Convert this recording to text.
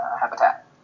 habitat